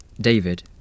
David